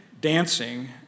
dancing